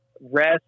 rest